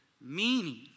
Meaning